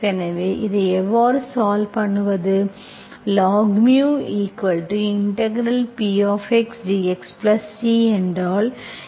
எனவே இதை எவ்வாறு சால்வ் பண்ணுவது log μP dxC என்றால் என்ன